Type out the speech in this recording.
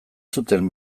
zuten